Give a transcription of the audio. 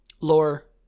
lore